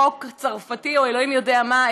חוק צרפתי או אלוהים יודע מה,